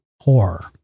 Horror